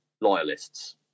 loyalists